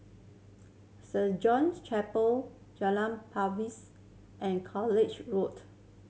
Saint John's Chapel Jalan and College Road